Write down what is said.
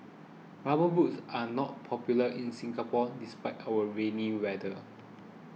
rubber boots are not popular in Singapore despite our rainy weather